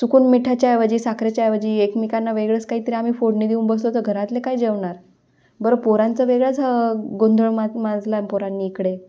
चुकून मिठाच्या ऐवजी साखरच्या ऐवजी एकमेकांना वेगळंच काहीतरी आम्ही फोडणी देऊन बसलो तर घरातले काय जेवणार बरं पोरांचं वेगळाच गोंधळ मा माजला आहे पोरांनी इकडे